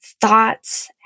thoughts